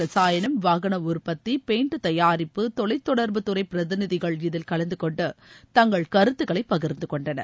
ரசாயணம் வாகனஉற்பத்தி தயாரிப்பு தொலைத்தொடர்புத்துறைபிரதிநிதிகள் இதில் கலந்துகொண்டுதங்கள் கருத்துக்களைபகிர்ந்துகொண்டனர்